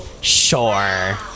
sure